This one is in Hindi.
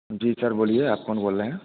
जी सर बोलिए आप कौन बोल रहे हैं